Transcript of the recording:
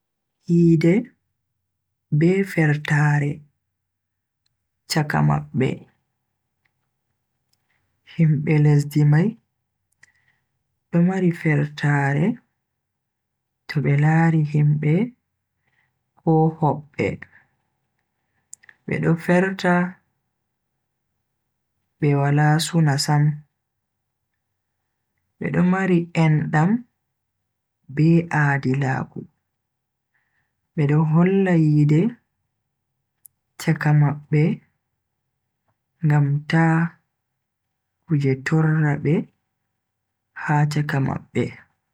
Yide be fertaare chaka mabbe. Himbe lesdi mai do mari fertaare to be laari himbe ko hobbe be do ferta be wala suna sam. Bedo mari endam be aadilaaku bedo holla yide chaka mabbe ngam ta kuje torra be ha chaka mabbe.